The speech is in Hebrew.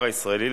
מי נגד?